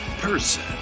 person